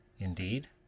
indeed